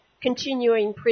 continuing